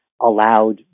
allowed